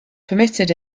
permitted